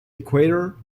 equator